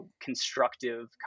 constructive